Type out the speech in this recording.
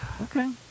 Okay